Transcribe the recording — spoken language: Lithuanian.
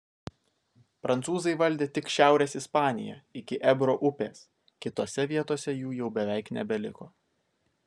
prancūzai valdė tik šiaurės ispaniją iki ebro upės kitose vietose jų jau beveik nebeliko